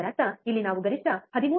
ಇದರರ್ಥ ಇಲ್ಲಿ ನಾವು ಗರಿಷ್ಠ 13